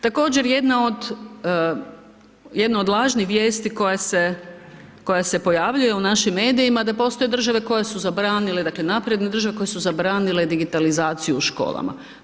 Također jedna od lažnih vijesti koja se pojavljuje u našim medijima da postoje države koje su zabranile, dakle napredne države koje su zabranile digitalizaciju u školama.